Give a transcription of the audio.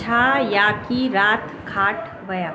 छा याकी राति खाट विया